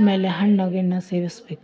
ಆಮೇಲೆ ಹಣ್ಣು ಗಿಣ್ಣು ಸೇವಿಸಬೇಕು